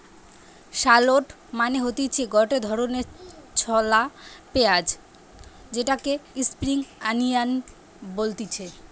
shallot মানে হতিছে গটে ধরণের ছলা পেঁয়াজ যেটাকে স্প্রিং আনিয়ান বলতিছে